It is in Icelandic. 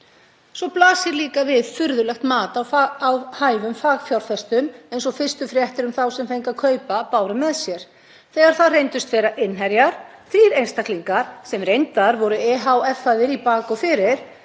Svo blasir líka við furðulegt mat á hæfum fagfjárfestum, eins og fyrstu fréttir um þá sem fengu að kaupa báru með sér, þegar það reyndust vera innherjar, þrír einstaklingar, sem voru reyndar háeffaðir í bak og fyrir.